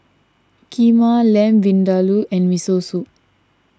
Kheema Lamb Vindaloo and Miso Soup